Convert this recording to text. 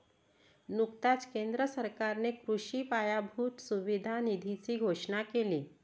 नुकताच केंद्र सरकारने कृषी पायाभूत सुविधा निधीची घोषणा केली